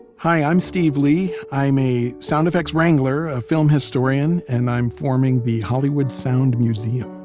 hi i'm steve lee, i'm a sound effects wrangler, a film historian, and i'm forming the hollywood sound museum